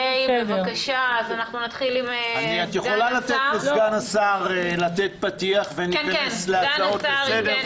את יכולה לתת לסגן השר לומר דברי פתיחה ואז נפרט את ההצעות לסדר.